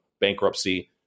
bankruptcy